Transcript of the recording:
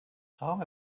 how